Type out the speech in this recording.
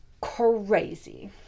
Crazy